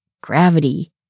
gravity